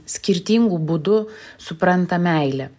skirtingu būdu supranta meilę